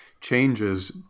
changes